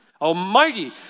Almighty